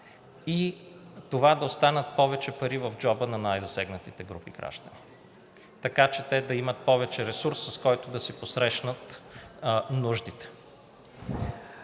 и това да останат повече пари в джоба на най-засегнатите групи граждани, така че те да имат повече ресурс, с който да си посрещнат нуждите.